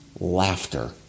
laughter